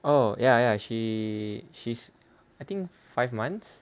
oh ya ya she she's I think five months